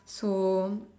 so